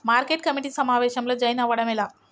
Market committee సమావేశంలో join అవ్వడం ఎలా?